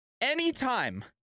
anytime